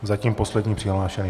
Zatím poslední přihlášený.